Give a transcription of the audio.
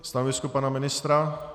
Stanoviska pana ministra?